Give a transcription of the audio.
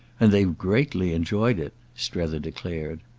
and they've greatly enjoyed it, strether declared.